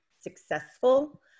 successful